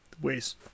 ways